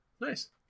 Nice